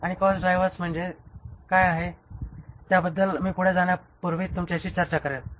आता cost drivers म्हणजे काय आहे तत्याबद्दल मी पुढे जाण्यापूर्वी तुमच्याशी चर्चा करेन